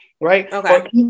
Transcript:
Right